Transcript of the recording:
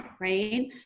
right